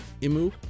Imu